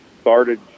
started